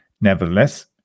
Nevertheless